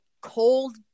cold